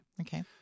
Okay